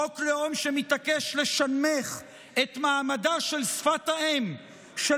חוק לאום שמתעקש לשנמך את מעמדה של שפת האם של